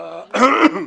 תודה גברתי,